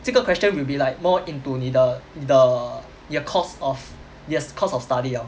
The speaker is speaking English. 这个 question will be like more into 你的你的你的 course of 你的 course of study liao